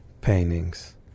paintings